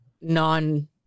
non